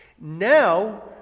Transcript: Now